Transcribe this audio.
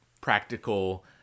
practical